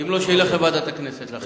אם לא, שזה ילך לוועדת הכנסת שתחליט.